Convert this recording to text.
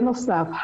בנוסף,